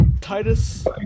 Titus